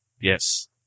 Yes